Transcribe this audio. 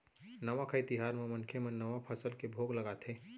नवाखाई तिहार म मनखे मन नवा फसल के भोग लगाथे